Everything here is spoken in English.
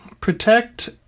protect